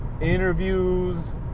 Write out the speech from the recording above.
interviews